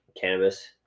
cannabis